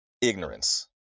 Ignorance